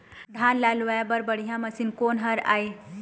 धान ला लुआय बर बढ़िया मशीन कोन हर आइ?